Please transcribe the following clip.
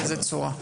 באיזה צורה.